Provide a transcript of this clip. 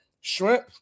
shrimp